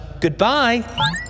Goodbye